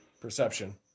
perception